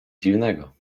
dziwnego